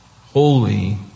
holy